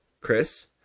Chris